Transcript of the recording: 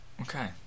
Okay